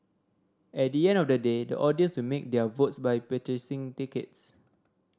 at the end of the day the audience will make their votes by purchasing tickets